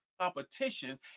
competition